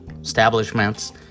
establishments